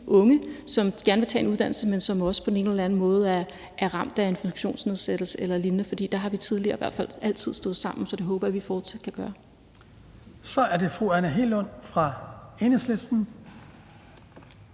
unge, som gerne vil tage en uddannelse, men som på den ene eller anden måde er ramt af en funktionsnedsættelse eller lignende, for der har vi i hvert fald tidligere altid stået sammen, og det håber jeg at vi fortsat kan gøre. Kl. 16:18 Den fg. formand (Hans Kristian